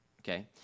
okay